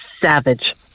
savage